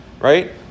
right